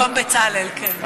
במקום בצלאל, כן.